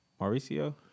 Mauricio